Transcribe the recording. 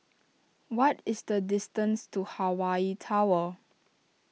what is the distance to Hawaii Tower